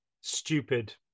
stupid